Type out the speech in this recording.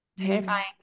terrifying